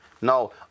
No